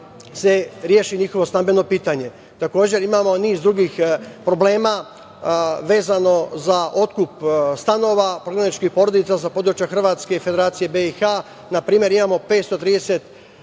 se reši njihovo stambeno pitanje. Takođe, imamo niz drugih problema vezano za otkup stanova prognanih porodica sa područja Hrvatske i Federacije BiH. Na primer, imamo 530